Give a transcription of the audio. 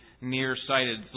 nearsighted